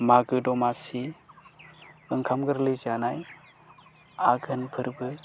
मागो दमासि ओंखाम गोरलै जानाय आघोन फोरबो